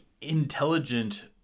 intelligent